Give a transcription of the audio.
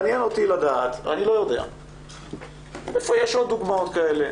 מעניין אותי לדעת איפה יש עוד דוגמאות כאלה.